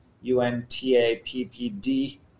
U-N-T-A-P-P-D